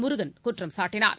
முருகன் குற்றம் சாட்டினார்